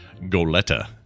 Goleta